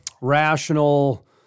rational